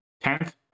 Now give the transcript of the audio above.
Tenth